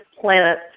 planet